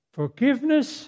forgiveness